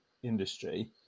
Industry